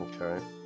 Okay